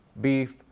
beef